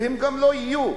והן גם לא יהיו,